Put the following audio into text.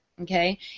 Okay